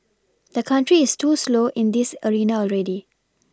the country is too slow in this arena already